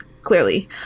clearly